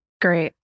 great